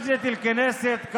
הגזען הפשיסט הזה,